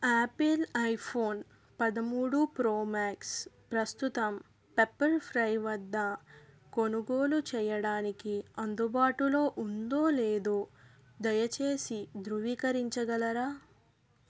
Apple iPhone పదమూడు pro max ప్రస్తుతం Pepperfry వద్ద కొనుగోలు చెయ్యడానికి అందుబాటులో ఉందో లేదో దయచేసి ధృవీకరించగలరా